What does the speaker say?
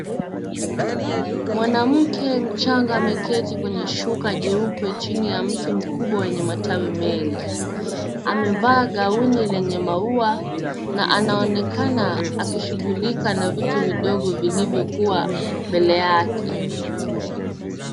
Mwanamke mchanga ameketi kwenye shuka jeupe chini ya mti mkubwa wenye matawi mengi. Amevaa gauni lenye maua na anaonekana akishughulika na vitu vidogo vilivyokuwa mbele yake.